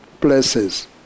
places